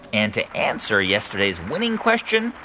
and to answer yesterday's winning question,